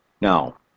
Now